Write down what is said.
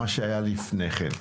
מה שהיה לפני כן.